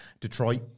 Detroit